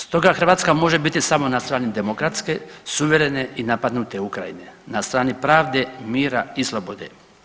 Stoga Hrvatska može biti samo na strani demokratske, suverene i napadnute Ukrajine, na strani pravde, mira i slobode.